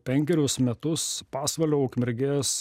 penkerius metus pasvalio ukmergės